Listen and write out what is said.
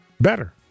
better